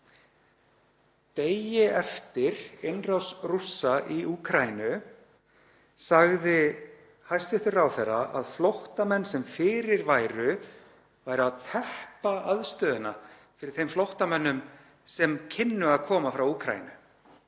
Degi eftir innrás Rússa í Úkraínu sagði hæstv. ráðherra að flóttamenn sem hér væru fyrir væru að teppa aðstöðuna fyrir þeim flóttamönnum sem kynnu að koma frá Úkraínu.